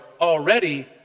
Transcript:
already